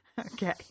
Okay